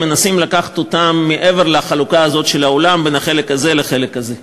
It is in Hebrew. מנסים לקחת אותם מעבר לחלוקה הזאת של העולם בין החלק הזה לחלק הזה.